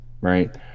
right